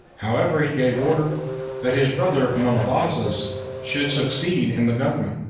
however, he gave order that his brother monobazus should succeed in the government,